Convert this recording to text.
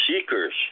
seekers